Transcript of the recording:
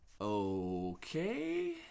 Okay